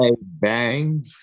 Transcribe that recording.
Bang